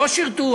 לא שירתו,